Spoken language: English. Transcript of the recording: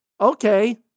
okay